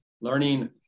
learning